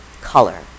color